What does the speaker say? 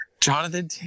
Jonathan